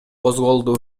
козголду